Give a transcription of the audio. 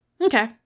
okay